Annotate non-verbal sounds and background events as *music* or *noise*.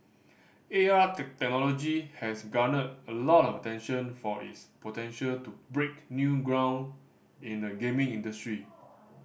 A R *unintelligible* technology has garnered a lot of attention for its potential to break new ground in the gaming industry